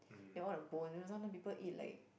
then all the bone you know sometime people eat like